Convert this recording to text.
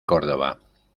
córdoba